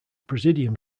presidium